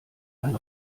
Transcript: ein